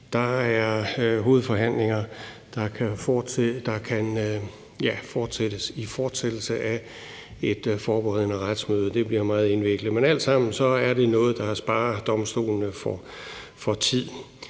Der er hovedforhandlinger, der kan fortsættes i fortsættelse af et forberedende retsmøde. Det bliver meget indviklet, men alt sammen er det noget, der sparer domstolene for tid.